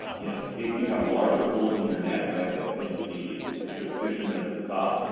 um you know if you have larger holes in your net, i have the you know the picture of the fisherman up at the top.